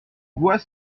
boit